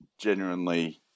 genuinely